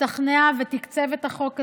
שהשתכנע ותקצב את החוק הזה,